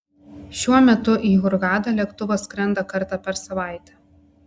šiuo metu į hurgadą lėktuvas skrenda kartą per savaitę